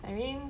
I mean